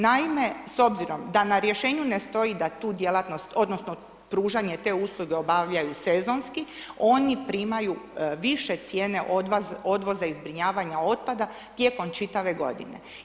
Naime, s obzirom da na rješenju ne stoji da tu djelatnost odnosno pružanje te usluge obavljaju sezonski oni primaju više cijene odvoza i zbrinjavanja otpada tijekom čitave godine.